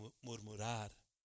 murmurar